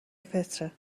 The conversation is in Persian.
فطره